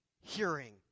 hearing